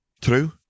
True